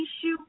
issue